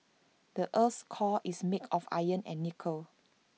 the Earth's core is made of iron and nickel